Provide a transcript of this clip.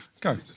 Go